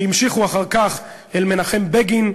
שהמשיכו אחר כך אל מנחם בגין,